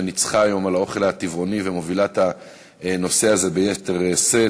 שניצחה היום על האוכל הטבעוני ומובילה את הנושא הזה ביתר שאת.